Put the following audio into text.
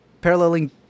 paralleling